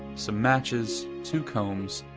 some matches, two combs,